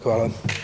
Hvala.